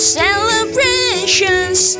celebrations